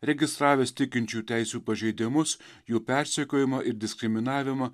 registravęs tikinčių teisių pažeidimus jų persekiojimą ir diskriminavimą